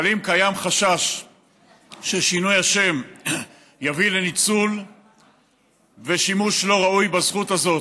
אבל אם קיים חשש ששינוי השם יביא לניצול ושימוש לא ראוי בזכות הזאת,